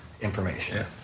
information